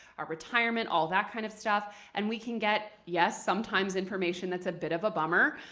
our retirement, all that kind of stuff and we can get, yes, sometimes information that's a bit of a bummer.